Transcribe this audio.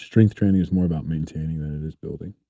strength training is more about maintaining than it is building